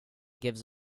gives